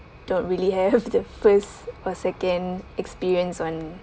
don't really have the first or second experience on